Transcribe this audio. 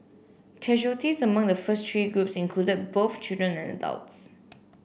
casualties among the first three groups included both children and adults